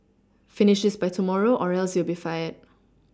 finish this by tomorrow or else you'll be fired